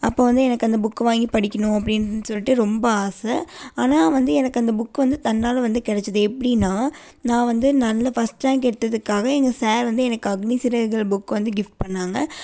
அப்போது வந்து எனக்கு அந்த புக் வாங்கி படிக்கணும் அப்படின் சொல்லிட்டு ரொம்ப ஆசை ஆனால் வந்து எனக்கு அந்த புக் வந்து தன்னால் வந்து கிடைச்சிது எப்படின்னா நான் வந்து நல்ல ஃபஸ்ட் ரேங்க் எடுத்ததுக்காக எங்கள் சார் வந்து எனக்கு அக்னி சிறகுகள் புக் வந்து கிஃப்ட் பண்ணாங்க